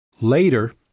Later